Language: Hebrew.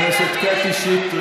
לא מפסיקה.